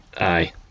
Aye